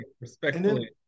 Respectfully